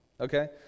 Okay